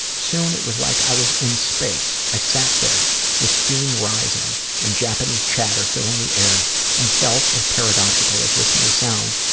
soon it was like i was in space. i sat there with steam rising and japanese chatter filling the air and felt, as paradoxical as this may sound,